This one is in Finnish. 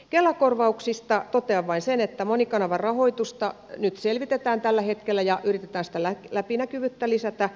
kela korvauksista totean vain sen että monikanavarahoitusta nyt selvitetään tällä hetkellä ja yritetään sitä läpinäkyvyyttä lisätä